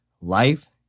life